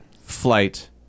flight